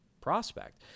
prospect